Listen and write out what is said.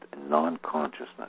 non-consciousness